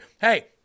Hey